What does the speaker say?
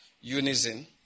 unison